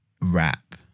rap